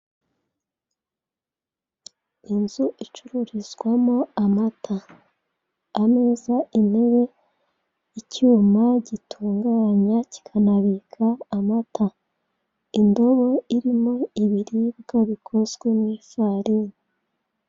Inzu icururizwamo amata, ameza, intebe, icyuma gitunganya kikanabika amata, indobo irimo ibiribwa bikozwe mu ifarini.